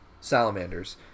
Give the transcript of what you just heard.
salamanders